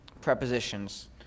prepositions